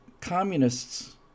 communists